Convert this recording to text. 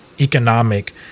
economic